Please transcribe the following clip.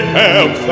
help